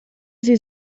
sie